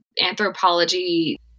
anthropology